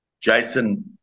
Jason